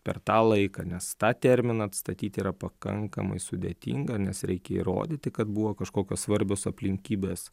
per tą laiką nes tą terminą atstatyt yra pakankamai sudėtinga nes reikia įrodyti kad buvo kažkokios svarbios aplinkybės